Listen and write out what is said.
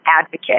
advocate